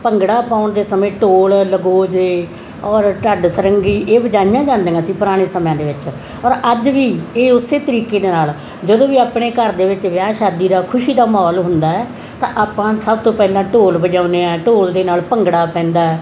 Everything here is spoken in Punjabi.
ਭੰਗੜਾ ਪਾਉਣ ਦੇ ਸਮੇਂ ਢੋਲ ਅਲਗੋਜੇ ਔਰ ਢੱਡ ਸਰੰਗੀ ਇਹ ਵਜਾਈਆਂ ਜਾਂਦੀਆਂ ਸੀ ਪੁਰਾਣੇ ਸਮਿਆਂ ਦੇ ਵਿੱਚ ਔਰ ਅੱਜ ਵੀ ਇਹ ਉਸ ਤਰੀਕੇ ਦੇ ਨਾਲ ਜਦੋਂ ਵੀ ਆਪਣੇ ਘਰ ਦੇ ਵਿੱਚ ਵਿਆਹ ਸ਼ਾਦੀ ਦਾ ਖੁਸ਼ੀ ਦਾ ਮਾਹੌਲ ਹੁੰਦਾ ਹੈ ਤਾਂ ਆਪਾਂ ਸਭ ਤੋਂ ਪਹਿਲਾਂ ਢੋਲ ਵਜਾਉਦੇ ਹਾਂ ਢੋਲ ਦੇ ਨਾਲ ਭੰਗੜਾ ਪੈਂਦਾ